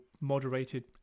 moderated